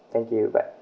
thank you bye